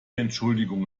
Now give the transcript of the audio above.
entschuldigung